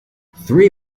three